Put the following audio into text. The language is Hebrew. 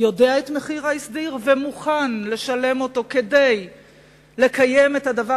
יודע את מחיר ההסדר ומוכן לשלם אותו כדי לקיים את הדבר